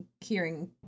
hearing